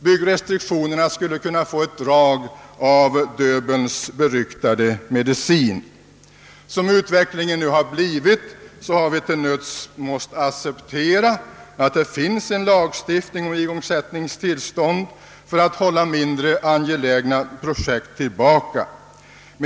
Byggrestriktionerna skulle kunna få ett drag av Döbelns beryktade medicin. Som utvecklingen nu har blivit, har vi till nöds måst acceptera att det finns en lagstiftning om igångsättningstillstånd för att hålla mindre angelägna projekt tillbaka.